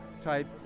type